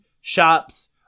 shops